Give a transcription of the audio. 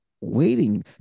waiting